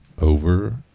over